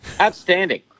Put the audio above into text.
Outstanding